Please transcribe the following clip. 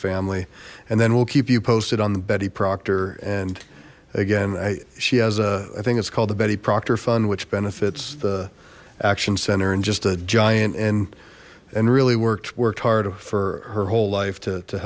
family and then we'll keep you posted on the betty proctor and again i she has a i think it's called the betty proctor fund which benefits the action center and just a giant and and really worked worked hard for her whole life to